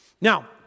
Now